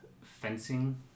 fencing